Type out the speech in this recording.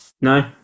No